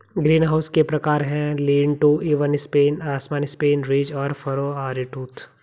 greenhouse के प्रकार है, लीन टू, इवन स्पेन, असमान स्पेन, रिज और फरो, आरीटूथ